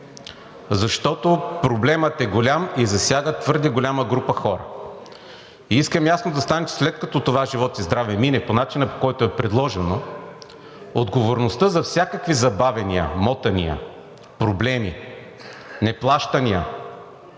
защото проблемът е голям и засяга твърде голяма група хора. И искам ясно да стане, че след като това, живот и здраве, мине по начина, по който е предложено, отговорността за всякакви забавяния, мотания, проблеми, неплащания